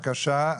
בבקשה,